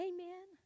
Amen